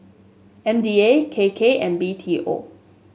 M D A K K and B T O